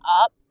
up